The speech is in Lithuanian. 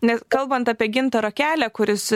nes kalbant apie gintaro kelią kuris